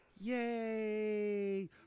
Yay